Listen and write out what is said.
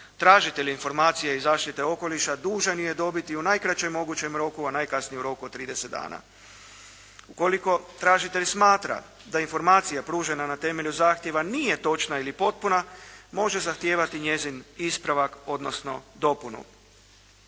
tražitelj informacije iz zaštite okoliša dužan je dobiti u najkraćem mogućem roku, a najkasnije u roku od 30 dana. Ukoliko tražitelj smatra da informacija pružena na temelju zahtjeva nije točna ili potpuna može zahtijevati njezin ispravak odnosno dopunu.